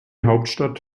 hauptstadt